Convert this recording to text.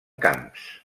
camps